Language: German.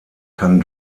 kann